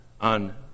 on